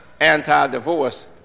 anti-divorce